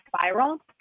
spiral